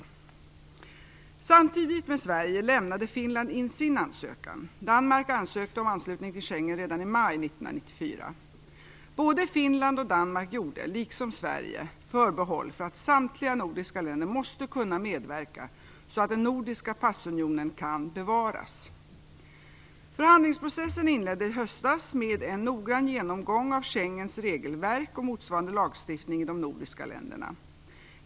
Samtidigt med Sverige lämnade Finland in sin ansökan. Danmark ansökte om anslutning till Schengensamarbetet redan i maj 1994. Både Finland och Danmark gjorde, liksom Sverige, förbehåll för att samtliga nordiska länder måste kunna medverka så att den nordiska passunionen kan bevaras. Förhandlingsprocessen inleddes i höstas med en noggrann genomgång av Schengensamarbetets regelverk och motsvarande lagstiftning i de nordiska länderna.